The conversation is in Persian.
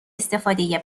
استفاده